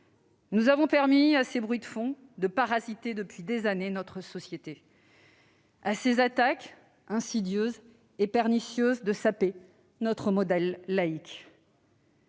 Nous avons permis à ces bruits de fond de parasiter depuis des années notre société et à ces attaques insidieuses et pernicieuses de saper notre modèle laïque.